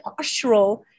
postural